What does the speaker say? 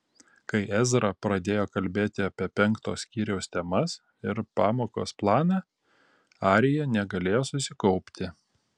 kai ezra pradėjo kalbėti apie penkto skyriaus temas ir pamokos planą arija negalėjo susikaupti